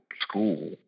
school